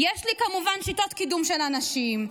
"יש לי כמובן שיטת קידום של אנשים,